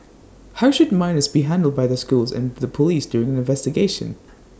how should minors be handled by their schools and the Police during an investigation